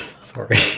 Sorry